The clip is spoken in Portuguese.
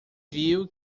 viu